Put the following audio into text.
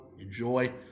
enjoy